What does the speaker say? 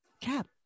Cap